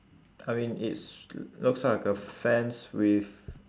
I mean it's looks like a fence with